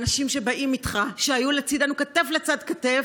מן האנשים שבאים איתך, שהיו לצידנו כתף לצד כתף,